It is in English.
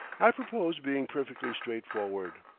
i purpose being perfectly straightforward.